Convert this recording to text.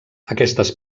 aquestes